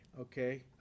okay